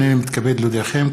הינני מתכבד להודיעכם,